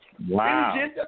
Wow